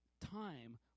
time